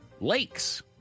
lakes